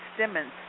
Simmons